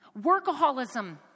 Workaholism